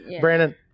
brandon